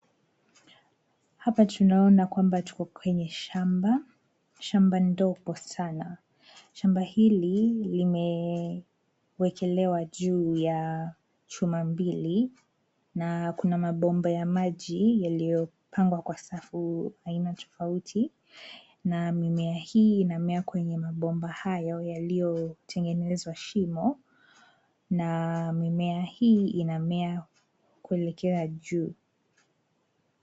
Hapa tunaona kwamba tuko kwenye shamba. Shamba ndogo sana, Shamba hili limewekelewa juu ya chuma mbili na kuna mabomba ya maji yaliyopangwa kwa safu aina tofauti na mimea hii inamea kwenye mabomba hayo yaliyotengenezwa shimo na mimea hii inamea kuelekea juu.